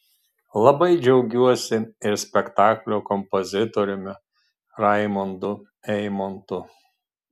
labai džiaugiuosi ir spektaklio kompozitoriumi raimundu eimontu